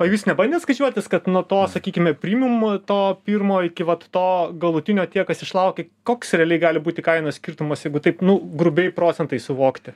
o jūs nebandėt skaičiuotis kad nuo to sakykime prymijum to pirmo iki vat to galutinio tie kas išlaukia koks realiai gali būti kainos skirtumas jeigu taip nu grubiai procentais suvokti